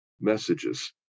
messages